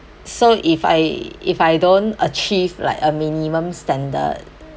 so if I if I don't achieve like a minimum standard